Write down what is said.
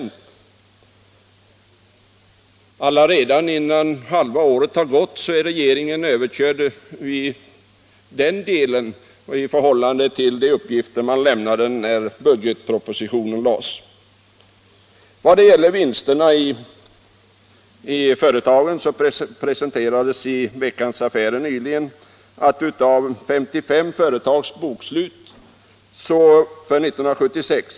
Redan Vissa industri och innan halva året gått är alltså regeringens siffror i den delen i budget = sysselsättningsstipropositionen överkörda av verkligheten. mulerande åtgär Vad gäller vinsterna i företagen presenterades i Veckans Affärer nyligen — der, m.m. uppgifter om 55 företags bokslut för 1976.